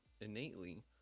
innately